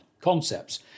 concepts